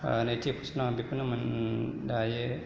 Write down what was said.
नैथि प्रस्नआव बेखौनो मोनो दायो